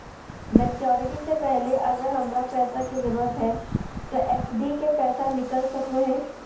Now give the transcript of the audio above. Maturity से पहले अगर हमरा पैसा के जरूरत है तो एफडी के पैसा निकल सको है?